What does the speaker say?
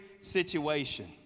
situation